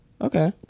Okay